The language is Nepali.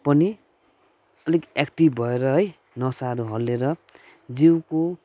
पनि अलिक एक्टिभ भएर है नसाहरू हल्लिएर जिउको